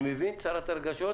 אני מבין את סערת הרגשות,